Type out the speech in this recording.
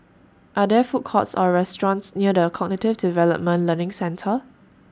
Are There Food Courts Or restaurants near The Cognitive Development Learning Centre